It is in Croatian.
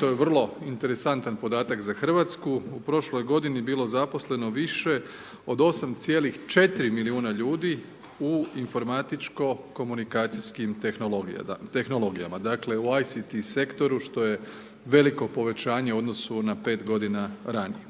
to je vrlo interesantan podatak za Hrvatsku, u prošloj g. je bilo zaposleno više od 8,4 milijuna ljudi u informatičko komunikacijskog tehnologijama, dakle u ICT sektoru što je veliko povećanje, u odnosu na 5 g. ranije.